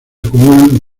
acumulan